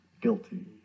guilty